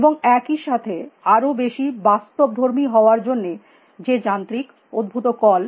এবং একই সাথে আরো বেশী বাস্তবধর্মী হওয়ার জন্য যে যান্ত্রিক অদ্ভুত কল